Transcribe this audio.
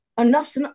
Enough